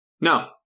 No